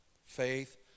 Faith